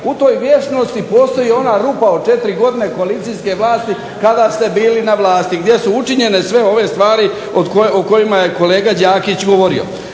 U toj vječnosti postoji ona rupa od četiri godine koalicijske vlasti kada ste bili na vlasti gdje su učinjene sve ove stvari o kojima je kolega Đakić govorio.